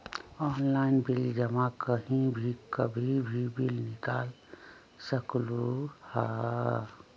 Online bill जमा कहीं भी कभी भी बिल निकाल सकलहु ह?